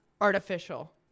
Artificial